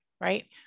right